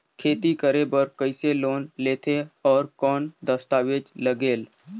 खेती करे बर कइसे लोन लेथे और कौन दस्तावेज लगेल?